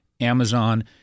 Amazon